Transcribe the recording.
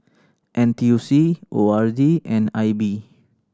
N T U C O R D and I B